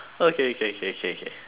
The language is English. okay K K K K